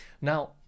Now